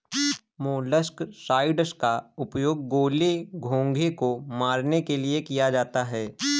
molluscicides का उपयोग गोले, घोंघे को मारने के लिए किया जाता है